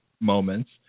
moments